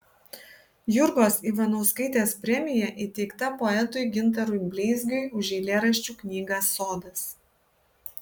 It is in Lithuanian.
jurgos ivanauskaitės premija įteikta poetui gintarui bleizgiui už eilėraščių knygą sodas